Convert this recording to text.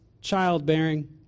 childbearing